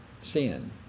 sin